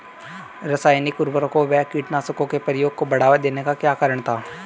रासायनिक उर्वरकों व कीटनाशकों के प्रयोग को बढ़ावा देने का क्या कारण था?